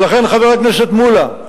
ולכן, חבר הכנסת מולה,